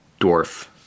dwarf